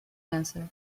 answer